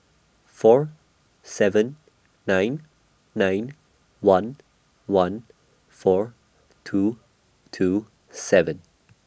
four seven nine nine one one four two two seven